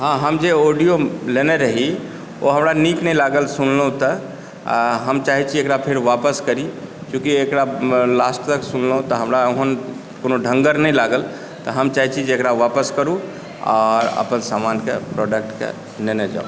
हँ हम जे ऑडियो लेने रही ओ हमरा नीक नहि लागल सुनलहुँ तऽ हम चाहै छी एक़रा फेर वापस करी चूँकि एक़रा लास्ट तक सुनलहुँ तऽ हमर ओहन कोनो ढङ्गर नहि लागल तऽ हम चाहै छी जे एक़रा वापस करू आओर अपन सामानके प्रोडक्टके लेने जाउ